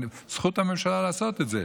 זכות הממשלה לעשות את זה.